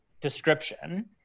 description